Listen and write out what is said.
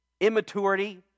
immaturity